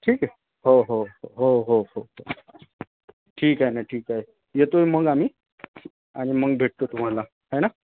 ठीक आहे हो हो हो हो हो ठीक आहे ना ठीक आहे येतो आहे मग आम्ही आणि मग भेटतो तुम्हाला है ना